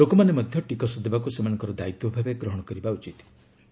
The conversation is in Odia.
ଲୋକମାନେ ମଧ୍ୟ ଟିକସ ଦେବାକୁ ସେମାନଙ୍କର ଦାୟିତ୍ୱ ଭାବେ ଗ୍ରହଣ କରିବା ଆବଶ୍ୟକ